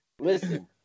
Listen